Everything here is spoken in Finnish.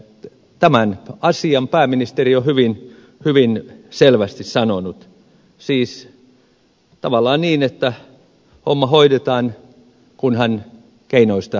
tämän asian pääministeri on hyvin selvästi sanonut siis tavallaan niin että homma hoidetaan kunhan keinoista päästään yksimielisyyteen